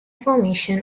formation